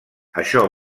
això